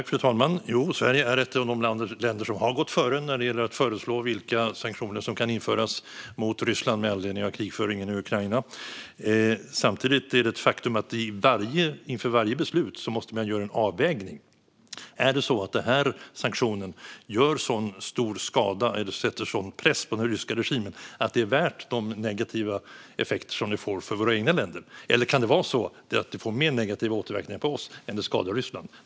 Fru talman! Jo, Sverige är ett av de länder som har gått före när det gäller att föreslå vilka sanktioner som kan införas mot Ryssland med anledning av krigföringen i Ukraina. Samtidigt är det ett faktum att man inför varje beslut måste göra en avvägning: Gör den här sanktionen en så stor skada eller sätter en så hård press på den ryska regimen att det är värt de negativa effekter som den får för våra egna länder? Eller kan det vara så att den ger mer negativa återverkningar på oss än skador på Ryssland?